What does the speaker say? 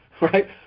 right